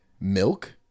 milk